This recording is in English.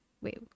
wait